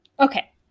Okay